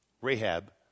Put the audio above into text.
Rahab